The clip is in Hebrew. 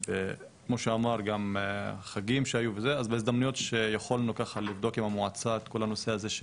אז, הדיווח שקיבלתי מהמועצה ויכול